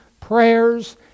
prayers